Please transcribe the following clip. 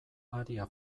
aria